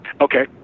Okay